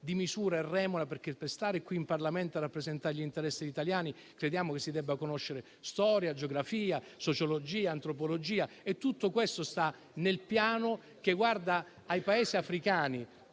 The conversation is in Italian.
di misura e remora, perché per stare qui in Parlamento e rappresentare gli interessi italiani crediamo che si debbano conoscere storia, geografia, sociologia, antropologia e tutto questo sta nel Piano che guarda ai Paesi africani